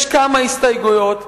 יש כמה הסתייגויות.